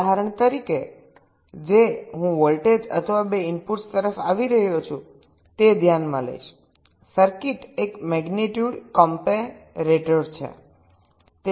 ઉદાહરણ તરીકે કે જે હું વોલ્ટેજ અથવા 2 ઇનપુટ્સ તરફ આવી રહ્યો છે તે ધ્યાનમાં લઈશ સર્કિટ એક મેગ્નિટ્યુડ કોમ્પેરેટર છે